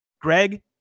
greg